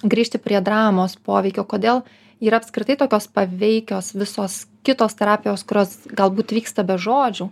grįžti prie dramos poveikio kodėl yra apskritai tokios paveikios visos kitos terapijos kurios galbūt vyksta be žodžių